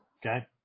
Okay